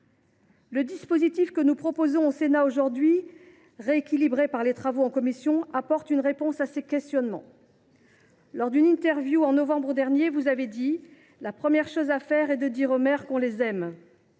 Le dispositif que nous proposons aujourd’hui au Sénat, rééquilibré par les travaux en commission, apporte une réponse à ces questionnements. Lors d’une interview en novembre dernier, vous avez dit :« La première chose à faire est de dire à nos maires qu’on les aime.